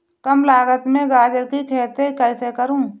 कम लागत में गाजर की खेती कैसे करूँ?